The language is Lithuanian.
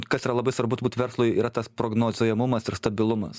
kas yra labai svarbu turbūt verslui yra tas prognozuojamumas ir stabilumas